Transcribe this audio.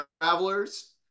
travelers